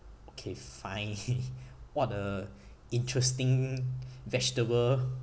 okay fine what a interesting vegetable